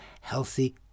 healthy